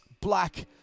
Black